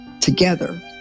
together